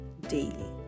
Daily